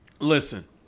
Listen